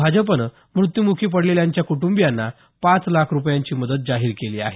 भाजपनं मृत्यूमुखी पडलेल्यांच्या कुटुंबियांना पाच लाख रुपयांची मदत जाहीर केली आहे